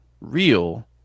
real